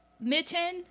mitten